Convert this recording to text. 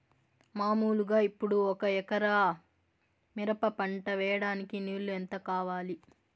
మామూలుగా ఇప్పుడు ఒక ఎకరా మిరప పంట వేయడానికి నీళ్లు ఎంత కావాలి?